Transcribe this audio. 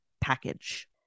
package